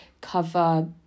cover